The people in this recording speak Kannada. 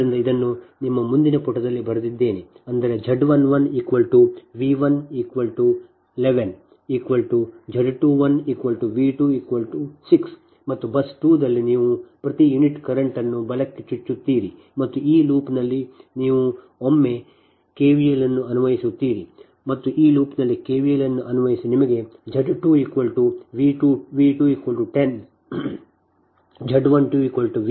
ಮತ್ತು ಬಸ್ 2 ನಲ್ಲಿ ನೀವು ಪ್ರತಿ ಯೂನಿಟ್ ಕರೆಂಟ್ ಅನ್ನು ಬಲಕ್ಕೆ ಚುಚ್ಚುತ್ತೀರಿ ಮತ್ತು ಈ ಲೂಪ್ನಲ್ಲಿ ಒಮ್ಮೆ ನೀವು ಕೆವಿಎಲ್ ಅನ್ನು ಅನ್ವಯಿಸುತ್ತೀರಿ ಮತ್ತು ಈ ಲೂಪ್ನಲ್ಲಿ ಕೆವಿಎಲ್ ಅನ್ನು ಅನ್ವಯಿಸಿ ನಿಮಗೆ Z 22 V 2 10